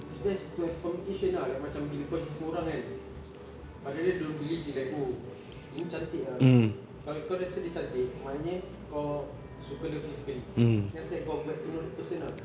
it's best to have a communication ah like macam bila kau jumpa orang kan I rather don't believe in like oh dia ni cantik ah kalau kau rasa dia cantik maknanya kau suka dia physically then after that kau get to know that person ah